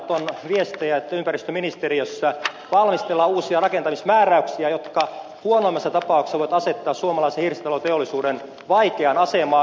nyt on viestejä että ympäristöministeriössä valmistellaan uusia rakentamismääräyksiä jotka huonoimmassa tapauksessa voivat asettaa suomalaisen hirsitaloteollisuuden vaikeaan asemaan